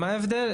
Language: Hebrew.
מה ההבדל?